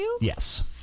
Yes